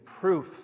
proof